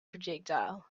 projectile